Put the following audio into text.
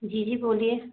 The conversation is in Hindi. जी जी बोलिए